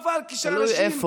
תודה רבה.